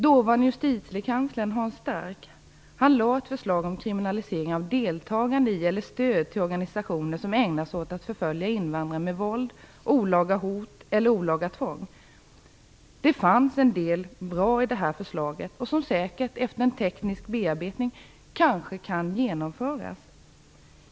Dåvarande justitiekanslern Hans Stark lade fram ett förslag om kriminalisering av deltagande i eller stöd till organisationer som ägnar sig åt att förfölja invandrare med våld, olaga hot eller olaga tvång. Det fanns en del bra i det förslaget och som säkert efter en teknisk bearbetning kan genomföras.